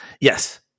Yes